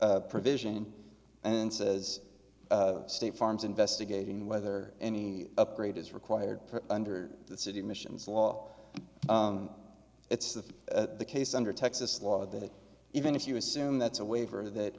provision and says state farm's investigating whether any upgrade is required under the city missions law it's the case under texas law that even if you assume that's a waiver that